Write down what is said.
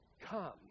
come